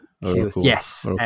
Yes